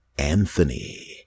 Anthony